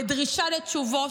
בדרישה לתשובות,